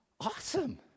awesome